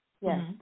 yes